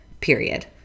period